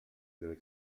delle